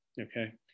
Okay